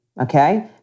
okay